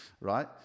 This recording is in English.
right